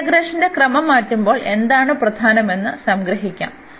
ഇന്റഗ്രേഷന്റെ ക്രമം മാറ്റുമ്പോൾ എന്താണ് പ്രധാനമെന്ന് സംഗ്രഹിക്കാം